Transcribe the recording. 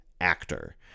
actor